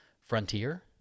frontier